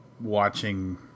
watching